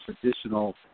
traditional